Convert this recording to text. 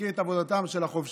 מכיר את עבודתם של החובשים.